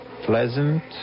pleasant